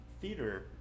theater